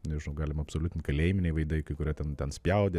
nežinau galima absoliutint kaleiminiai veidai kai kurie ten ten spjaudė